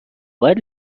باید